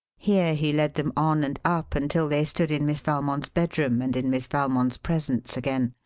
here he led them on and up until they stood in miss valmond's bedroom and in miss valmond's presence again.